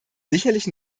sicherlich